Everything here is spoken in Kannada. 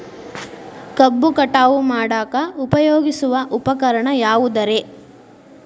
ಕಬ್ಬು ಕಟಾವು ಮಾಡಾಕ ಉಪಯೋಗಿಸುವ ಉಪಕರಣ ಯಾವುದರೇ?